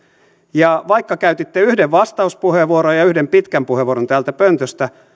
ja vaikka käytitte yhden vastauspuheenvuoron ja yhden pitkän puheenvuoron täältä pöntöstä